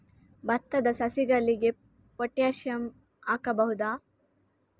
ಭತ್ತದ ಸಸಿಗಳಿಗೆ ಪೊಟ್ಯಾಸಿಯಂ ಹಾಕಬಹುದಾ?